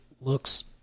looks